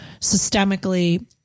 systemically